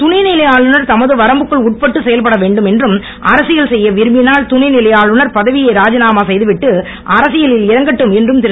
துணைநிலை ஆளுனர் தமது வரம்புகளுக்கு உட்பட்டு செயல்பட வேண்டுமென்றும் அரசியல் செய்ய விரும்பினுல் துணைநிலை ஆளுனர் பதவியை ராஜிநாமா செய்துவிட்டு அரசியலில் இறங்கட்டும் என்றும் திரு